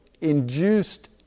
induced